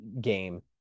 game